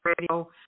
Radio